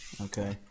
Okay